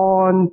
on